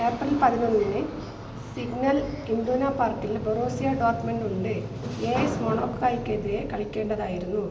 April പതിനൊന്നിന് Signal Iduna പാർക്കിൽ Borussia ഡോർട്ട്മെൻറ്റുണ്ട് എ എസ് മൊണാക്കോയ്ക്കെതിരെ കളിക്കേണ്ടതായിരുന്നു